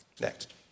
Next